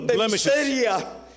blemishes